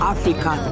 Africa